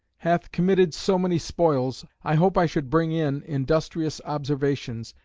hath committed so many spoils, i hope i should bring in industrious observations,